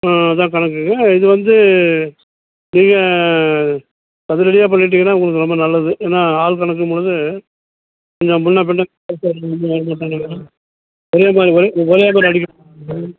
ஆ அதுதான் கணக்குங்க இது வந்து நீங்கள் சதுரடியாக பண்ணிக்கிட்டிங்கனால் உங்களுக்கு ரொம்ப நல்லது ஏன்னால் ஆள் கணக்குங் போது கொஞ்சம் முன்னே பின்னே ஒரே மாதிரி ஒரே ஒரே மாதிரி அடிக்கணுமாங்க